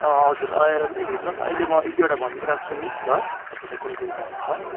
अँ हजुर आएर पनि हेर्नुहोस् अहिले म एक दुईवटा भनिदिइराख्छु नि ल तपाईँलाई कुन कुन छ हाम्रोमा